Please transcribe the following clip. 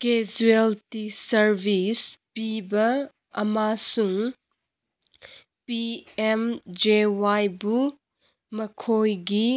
casualty service ꯄꯤꯕ ꯑꯃꯁꯨꯡ P M J ꯋꯥꯏꯕꯨ ꯃꯈꯣꯏꯒꯤ